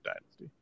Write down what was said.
Dynasty